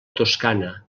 toscana